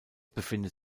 befindet